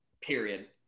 Period